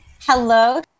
Hello